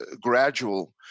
gradual